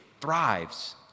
thrives